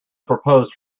proposed